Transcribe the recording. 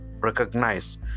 recognize